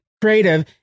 creative